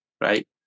right